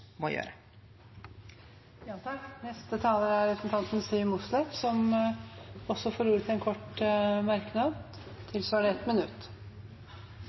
må gjøre. Representanten Siv Mossleth har hatt ordet to ganger tidligere og får ordet til en kort merknad, begrenset til 1 minutt.